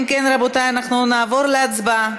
אם כן, רבותי, נעבור להצבעה.